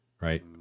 right